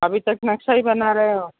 अभी तक नक्शा ही बना रहे हो